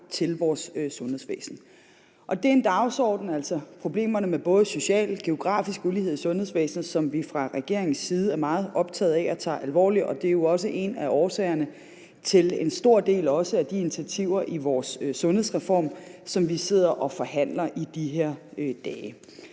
til vores sundhedsvæsen. Det er en dagsorden – altså problemerne med både social og geografisk ulighed i sundhedsvæsenet – som vi fra regeringens side er meget optaget af og tager alvorligt. Det er jo også en af årsagerne til en stor del af de initiativer i vores sundhedsreform, som vi sidder og forhandler i de her dage.